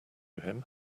him